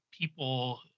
people